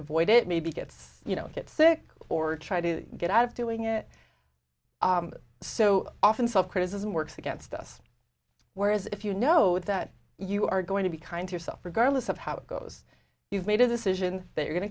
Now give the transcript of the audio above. avoid it maybe gets you know get sick or try to get out of doing it so often self criticism works against us whereas if you know that you are going to be kind to yourself regardless of how it goes you've made a decision they're go